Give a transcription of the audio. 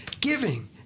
Giving